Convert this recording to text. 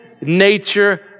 nature